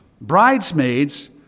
bridesmaids